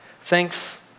thanks